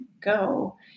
go